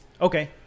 Okay